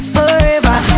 Forever